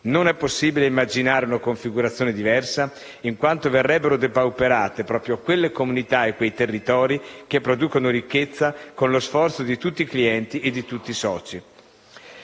Non è possibile immaginare una configurazione diversa in quanto verrebbero depauperate proprio quelle comunità e quei territori che producono ricchezza, con lo sforzo di tutti i clienti e di tutti i soci.